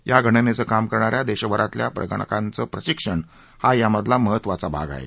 या गणनेचं काम करणा या देशभरातल्या प्रगणकांचं प्रशिक्षण हा यामधला महत्त्वाचा भाग आहे